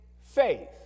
faith